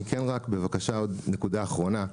אני כן רק בבקשה עוד נקודה אחרונה,